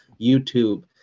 youtube